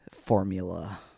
Formula